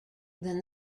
than